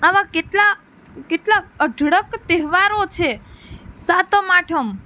આવા કેટલા કેટલા અઢળક તહેવારો છે સાતમ આઠમ